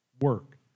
work